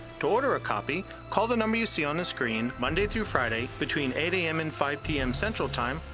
to order a copy, call the number you see on the screen monday thru friday, between eight am and five pm central time.